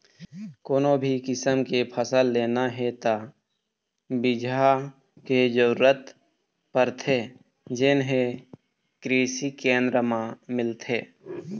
कोनो भी किसम के फसल लेना हे त बिजहा के जरूरत परथे जेन हे कृषि केंद्र म मिलथे